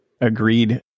Agreed